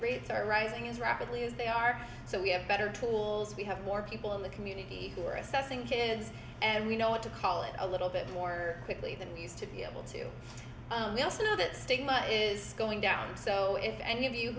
rates are rising as rapidly as they are so we have better tools we have more people in the community who are assessing kids and we know what to call it a little bit more quickly than we used to be able to do that stigma is going down so if any